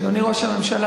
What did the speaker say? אדוני ראש הממשלה,